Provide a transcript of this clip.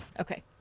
Okay